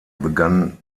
begann